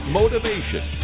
motivation